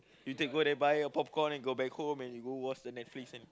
you go there buy your popcorn and go back home and you go watch the Netflix and